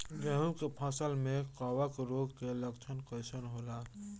गेहूं के फसल में कवक रोग के लक्षण कइसन होला?